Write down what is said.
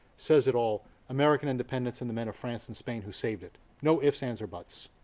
says it all american independence and the men of france and spain who saved it, no ifs, ands or buts.